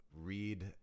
read